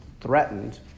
threatened